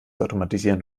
automatisieren